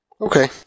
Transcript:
Okay